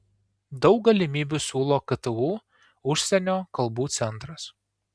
daug galimybių siūlo ktu užsienio kalbų centras